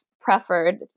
preferred